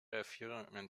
erfrierungen